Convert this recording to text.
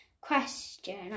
question